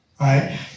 right